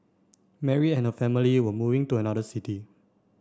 Mary and her family were moving to another city